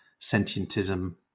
sentientism